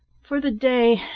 for the day,